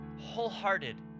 wholehearted